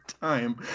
time